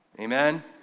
Amen